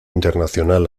internacional